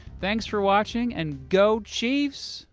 thanks for watching, and go chiefs!